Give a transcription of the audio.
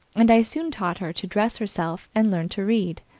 and i soon taught her to dress herself and learn to read.